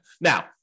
Now